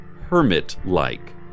hermit-like